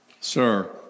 sir